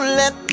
let